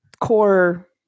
core